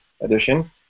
edition